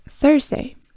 Thursday